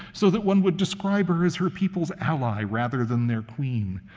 so that one would describe her as her people's ally rather than their queen.